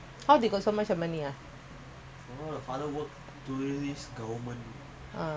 mm actually that means they got shop ah